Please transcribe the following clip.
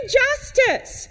justice